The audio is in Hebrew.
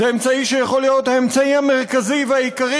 זה אמצעי שיכול להיות האמצעי המרכזי והעיקרי